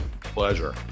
Pleasure